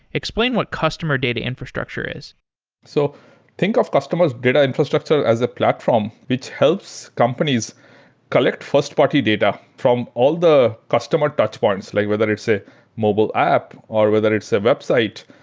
explain what customer data infrastructure is so think of customers data infrastructure as a platform. it helps companies collect first-party data from all the customer touch points, like whether it's a mobile app, or whether it's a website,